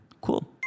Cool